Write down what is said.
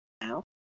now